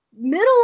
middle